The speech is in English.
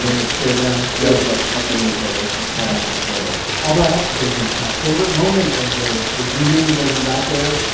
like, stare-down yeah, they're, like, ice-grilling each other, having this sort of stand-off although i have to say, gene, my favorite moment of the the greetings as we got there,